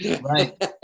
Right